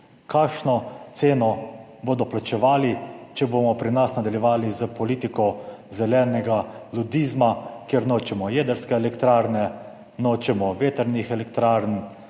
kakšno ceno bodo plačevali, če bomo pri nas nadaljevali s politiko zelenega ludizma, ker nočemo jedrske elektrarne, nočemo vetrnih elektrarn,